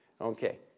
Okay